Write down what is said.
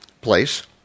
place